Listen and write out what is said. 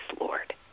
Lord